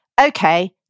Okay